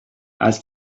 als